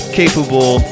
capable